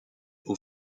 aux